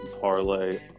parlay